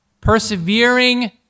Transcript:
Persevering